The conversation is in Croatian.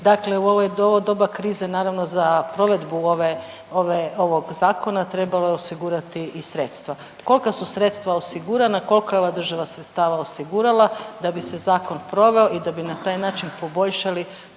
Dakle u ovo doba krize, naravno, za provedbu ovog Zakona trebalo je osigurati i sredstva. Kolika su sredstva osigurana, kolika je ova sredstava osigurala da bi se zakon proveo i da bi na taj način poboljšali